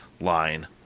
line